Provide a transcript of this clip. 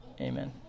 Amen